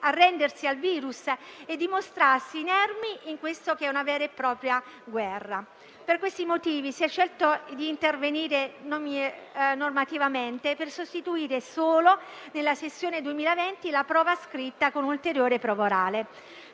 arrendersi al virus e dimostrarsi inermi in questa che è una vera e propria guerra. Per questi motivi si è scelto d'intervenire normativamente per sostituire, solo nella sessione 2020, la prova scritta con un'ulteriore prova orale.